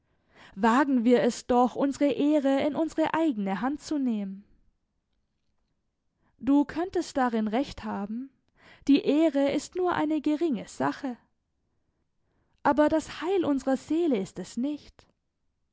wagen wir es doch unsere ehre in unsere eigene hand zu nehmen du könntest darin recht haben die ehre ist nur eine geringe sache aber das heil unserer seele ist es nicht